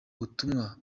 butumwa